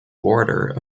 border